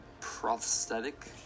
prosthetic